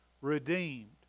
redeemed